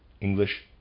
English